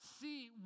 see